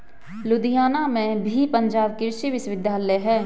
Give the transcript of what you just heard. लुधियाना में भी पंजाब कृषि विश्वविद्यालय है